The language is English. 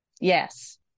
Yes